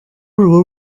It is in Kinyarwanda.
urwo